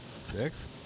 Six